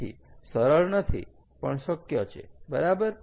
ફરીથી સરળ નથી પણ શક્ય છે બરાબર